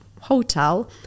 hotel